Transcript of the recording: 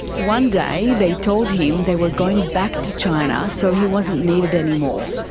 one day they told him they were going back to china so he wasn't needed anymore.